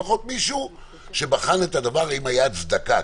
לפחות מישהו שבחן את הדבר אם הייתה הצדקה,